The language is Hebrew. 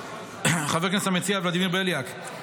חבר הכנסת המציע ולדימיר בליאק,